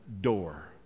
door